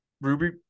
Ruby